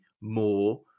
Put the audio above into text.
more